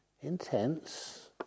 Intense